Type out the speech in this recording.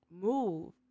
move